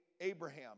Abraham